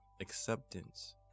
acceptance